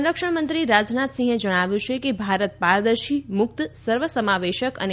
સંરક્ષણ મંત્રી રાજનાથસિંહે જણાવ્યું છે કે ભારત પારદર્શી મુકત સર્વસમાવેશક અને